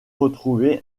retrouver